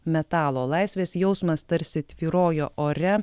metalo laisvės jausmas tarsi tvyrojo ore